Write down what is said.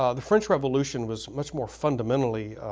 um the french revolution was much more fundamentally